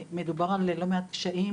מדובר על לא מעט קשיים